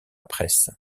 presse